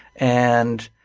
and